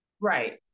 Right